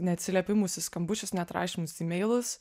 neatsiliepimus į skambučius neatrašymus į meilus